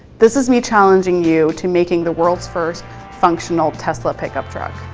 this is me challenging you to making the world's first functional tesla pickup truck.